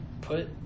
put